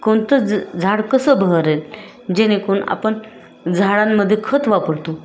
कोणतं ज झाड कसं बहरेल जेणेकरून आपण झाडांमध्ये खत वापरतो